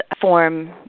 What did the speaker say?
form